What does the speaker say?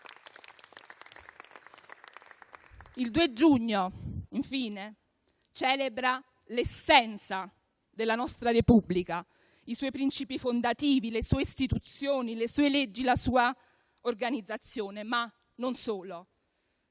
Il 2 giugno, infine, celebra l'essenza della nostra Repubblica, i suoi principi fondativi, le sue istituzioni, le sue leggi, la sua organizzazione, ma non solo.